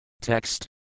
Text